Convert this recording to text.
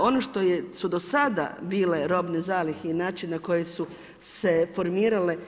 ono što su do sada bile robne zalihe i način na koji su se formirale.